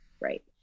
right